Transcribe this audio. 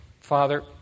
Father